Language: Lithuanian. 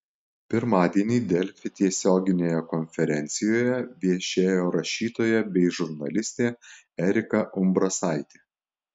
pirmadienį delfi tiesioginėje konferencijoje viešėjo rašytoja bei žurnalistė erika umbrasaitė